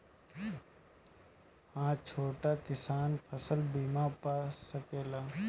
हा छोटा किसान फसल बीमा पा सकेला?